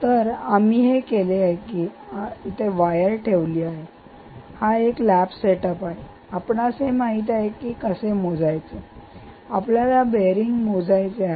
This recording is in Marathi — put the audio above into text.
तर आम्ही हे केले की आम्ही ही वायर येथे ठेवली होती कारण हा एक लॅब सेटअप आहे आपणास हे माहित आहे की हे कसे मोजायचे आहे आपल्याला बेअरींग मोजायचे आहे